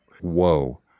whoa